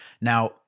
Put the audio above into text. Now